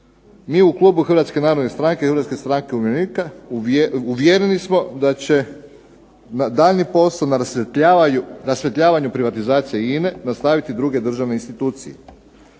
umirovljenika uvjereni smo da će daljnji posao na rasvjetljavanju privatizacije INA-e nastaviti druge državne institucije.